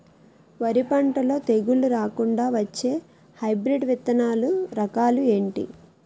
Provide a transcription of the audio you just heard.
వరి పంటలో తెగుళ్లు రాకుండ వచ్చే హైబ్రిడ్ విత్తనాలు రకాలు ఏంటి?